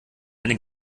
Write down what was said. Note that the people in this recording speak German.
eine